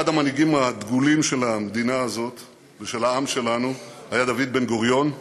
אחד המנהיגים הדגולים של המדינה הזאת ושל העם שלנו היה דוד בן-גוריון.